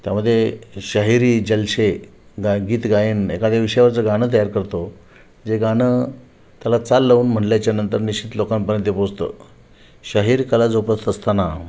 त्यामध्ये शाहिरी जलसे गाय गीतगायन एखाद्या विषयावरचं गाणं तयार करतो जे गाणं त्याला चाल लावून म्हटल्याच्यानंतर निश्चित लोकांपर्यंत ते पोचतं शाहीर कला जोपासत असताना